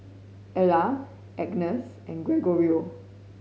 Ela Agness and Gregorio